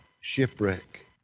shipwreck